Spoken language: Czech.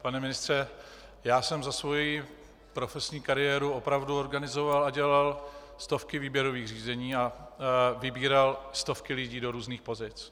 Pane ministře, já jsem za svoji profesní kariéru opravdu organizoval a dělal stovky výběrových řízení a vybíral stovky lidí do různých pozic.